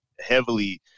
heavily